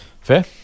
Fair